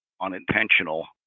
unintentional